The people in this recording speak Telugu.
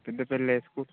Peddapalli high school